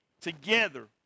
together